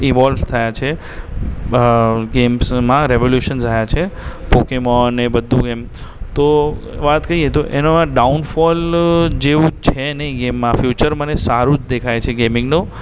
evolves થયા છે અ ગેમ્સમાં રેવોલ્યુશન્સ આવ્યા છે પોકેમોન એ બધું એમ તો વાત કરીએ તો એનો આ ડાઉનફૉલ જેવું જ છે નહીં ગેમમાં ફ્યુચર મને સારું જ દેખાય છે ગેમિંગનું